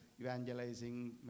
evangelizing